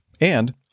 And-